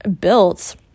built